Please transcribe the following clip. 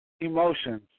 emotions